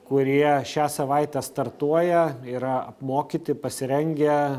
kurie šią savaitę startuoja yra apmokyti pasirengę